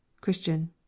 CHRISTIAN